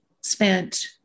spent